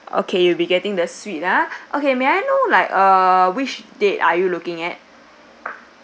okay you'll be getting the suite ah okay may I know like uh which date that are you looking at